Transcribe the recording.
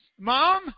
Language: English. Mom